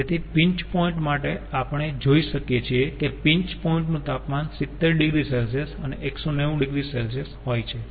તેથી pinch point માટે આપણે જોઈ શકીયે છીએ કે પિંચ પોઈન્ટ નું તાપમાન 70 oC અને 190 oC હોય છે